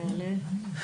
כן.